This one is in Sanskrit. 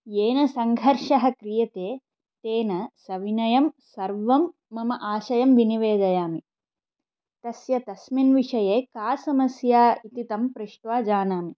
येन सङ्घर्षः क्रियते तेन सविनयं सर्वं मम आशयं विनिवेदयामि तस्य तस्मिन् विषये का समस्या इति तं पृष्ट्वा जानामि